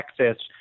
Texas